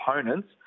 opponents